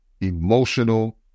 emotional